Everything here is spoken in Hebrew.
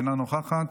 אינה נוכחת,